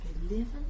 eleven